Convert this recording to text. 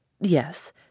Yes